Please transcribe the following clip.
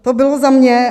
To bylo za mě.